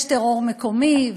יש טרור מקומי,